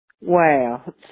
Wow